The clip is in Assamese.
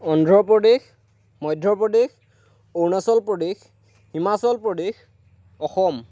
অন্ধ্ৰ প্ৰদেশ মধ্য প্ৰদেশ অৰুণাচল প্ৰদেশ হিমাচল প্ৰদেশ অসম